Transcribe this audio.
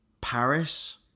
Paris